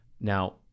Now